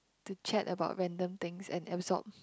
to chat about random things and absorb